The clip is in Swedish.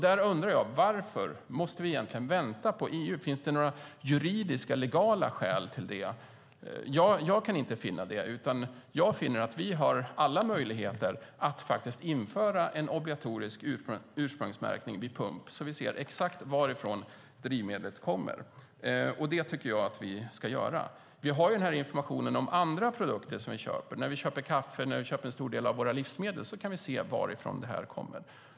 Då undrar jag varför vi egentligen måste vänta på EU. Finns det några juridiska, legala skäl för det? Jag kan inte finna det, utan jag finner att vi har alla möjligheter att införa en obligatorisk ursprungsmärkning vid pump så att vi ser exakt varifrån drivmedlet kommer. Jag tycker att vi ska göra det. Vi har den här informationen om andra produkter som vi köper. När vi köper kaffe och en stor del av våra livsmedel kan vi se varifrån de kommer.